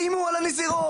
איימו על הנזירות.